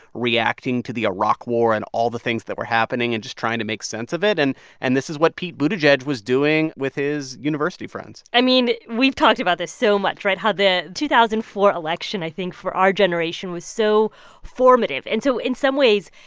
reacting to the iraq war and all the things that were happening and just trying to make sense of it. and and this is what pete buttigieg was doing with his university friends i mean, we've talked about this so much right? how the two thousand and four election, i think for our generation, was so formative. and so in some ways,